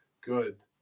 good